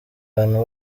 abantu